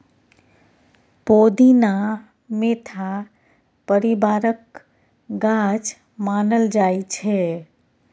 पोदीना mentha परिबारक गाछ मानल जाइ छै